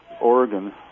Oregon